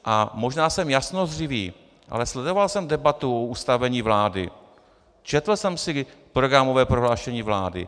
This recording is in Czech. A možná jsem jasnozřivý, ale sledoval jsem debatu o ustavení vlády, četl jsem si programové prohlášení vlády.